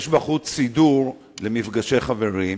יש בחוץ סידור למפגשי חברים,